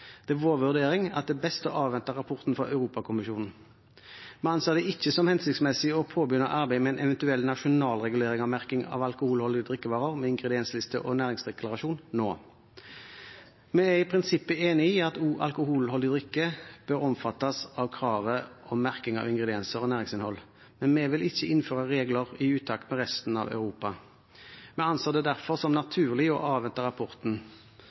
Det er vår vurdering at det er best å avvente rapporten fra Europakommisjonen. Vi anser det ikke som hensiktsmessig å påbegynne arbeidet med en eventuell nasjonal regulering av merking av alkoholholdige drikkevarer med ingrediensliste og næringsdeklarasjon nå. Vi er i prinsippet enig i at også alkoholholdig drikke bør omfattes av kravet om merking av ingredienser og næringsinnhold, men vi vil ikke innføre regler i utakt med resten av Europa. Vi anser det derfor som naturlig å avvente rapporten